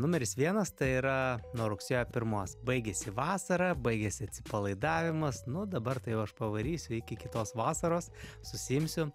numeris vienas tai yra nuo rugsėjo pirmos baigėsi vasara baigėsi atsipalaidavimas nu dabar tai jau aš pavarysiu iki kitos vasaros susiimsiu